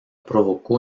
provocó